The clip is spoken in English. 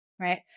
Right